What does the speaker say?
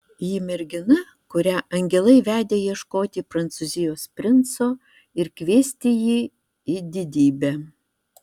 ji mergina kurią angelai vedė ieškoti prancūzijos princo ir kviesti jį į didybę